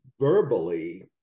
verbally